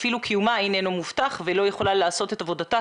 אפילו קיומה איננו מובטח והיא לא יכולה לעשות את עבודתה